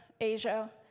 Asia